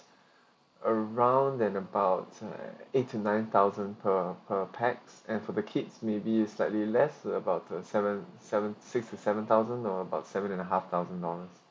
around then about uh eight to nine thousand per per pax and for the kids maybe slightly less uh about the seven seven six to seven thousand or about seven and a half thousand dollars